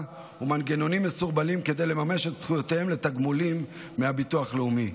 ומנגנונים מסורבלים כדי לממש את זכויותיהם לתגמולים מהביטוח הלאומי,